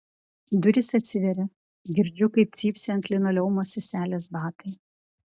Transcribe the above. durys atsiveria girdžiu kaip cypsi ant linoleumo seselės batai